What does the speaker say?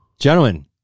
gentlemen